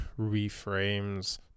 reframes